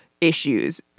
issues